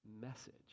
message